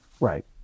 Right